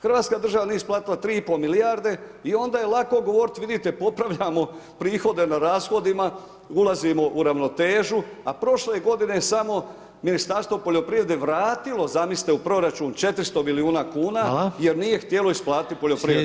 Hrvatska država nije isplatila 3,5 milijarde, i onda je lako govoriti, vidite popravljamo prihode na rashodima, ulazimo u ravnotežu, a prošle godine samo, Ministarstvo poljoprivrede vratilo, zamislite u proračun, 400 milijuna kuna jer nije htjelo isplatiti poljoprivrednicima.